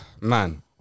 man